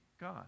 God